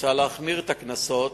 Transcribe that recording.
מוצע להחמיר את הקנסות